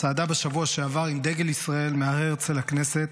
צעדה בשבוע שעבר עם דגל ישראל מהר הרצל לכנסת